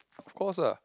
of course ah